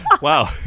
Wow